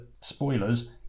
spoilers